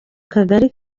kagari